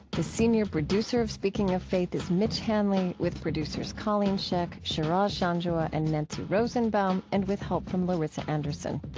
the senior producer of speaking of faith is mitch hanley, with producers colleen scheck, shiraz janjua, and nancy rosenbaum, and with help from larissa anderson.